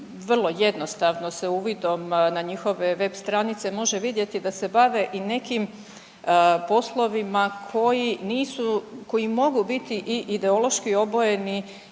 vrlo jednostavno se uvidom na njihove web stranice može vidjeti da se bave i nekim poslovima koji nisu, koji mogu biti i ideološki obojeni